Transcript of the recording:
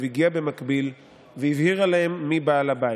הגיעה במקביל והבהירה להם מי בעל הבית,